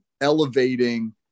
elevating